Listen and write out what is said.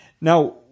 Now